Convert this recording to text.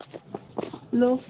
hello